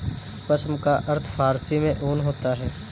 पश्म का अर्थ फारसी में ऊन होता है